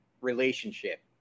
relationship